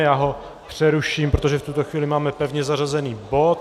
Já ho přeruším, protože v tuto chvíli máme pevně zařazený bod.